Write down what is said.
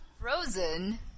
frozen